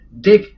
dig